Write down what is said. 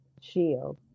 shield